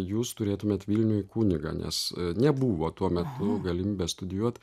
jūs turėtumėt vilniuj kunigą nes nebuvo tuo metu galimybės studijuot